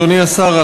אדוני השר,